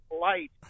light